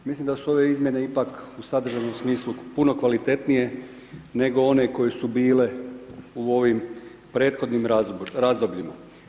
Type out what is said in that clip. Mislim da su ove izmjene ipak u sadržajnom smislu puno kalcitnije nego one koje su bile u prethodnim razdobljima.